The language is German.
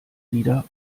wieder